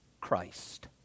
Christ